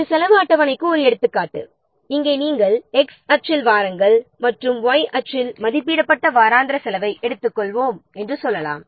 இது செலவு அட்டவணைக்கு ஒரு எடுத்துக்காட்டு இங்கே x அச்சில் வாரங்கள் மற்றும் y அச்சில் மதிப்பிடப்பட்ட வாராந்திர செலவை எடுத்துள்ளோம் என்று சொல்லலாம்